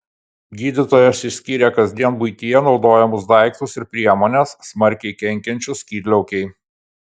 gydytojas išskyrė kasdien buityje naudojamus daiktus ir priemones smarkiai kenkiančius skydliaukei